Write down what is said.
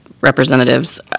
representatives